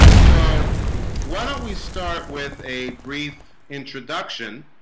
so why don't we start with a brief introduction